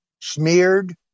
smeared